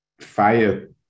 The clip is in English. fire